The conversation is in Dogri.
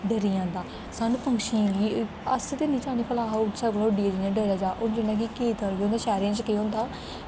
डरी जंदा सानूं पंक्षियें गी अस ते निं चांहदे भला साढ़े कोला उड्ढियै डरी जा हून जियां कि केईं बारी शैह्रें च केह् होंदा